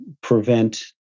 prevent